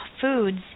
foods